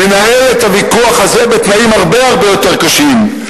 ננהל את הוויכוח הזה בתנאים הרבה יותר קשים.